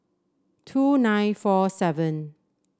two nine four seven